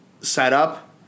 setup